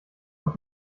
auf